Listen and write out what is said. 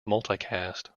multicast